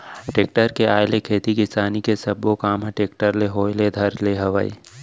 tractor के आए ले खेती किसानी के सबो काम ह टेक्टरे ले होय ल धर ले हवय